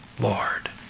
Lord